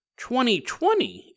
2020